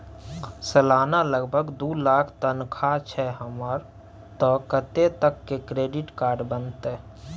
सलाना लगभग दू लाख तनख्वाह छै हमर त कत्ते तक के क्रेडिट कार्ड बनतै?